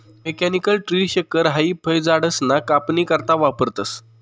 mechanical tree shaker हाई फयझाडसना कापनी करता वापरतंस